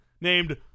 named